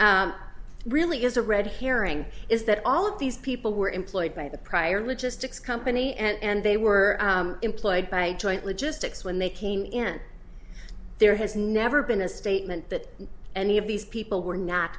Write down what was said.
that really is a red herring is that all of these people were employed by the prior logistics company and they were employed by joint logistics when they came in there has never been a statement that any of these people were not